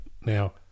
Now